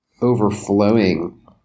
overflowing